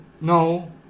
no